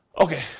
Okay